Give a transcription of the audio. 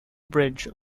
bridge